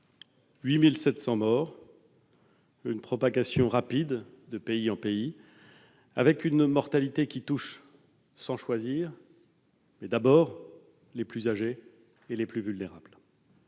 8 700 morts, une propagation rapide de pays en pays, une mortalité qui touche sans choisir, mais d'abord les plus âgés et les plus vulnérables,